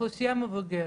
האוכלוסייה המבוגרת,